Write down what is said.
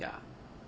ya